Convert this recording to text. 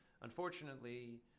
unfortunately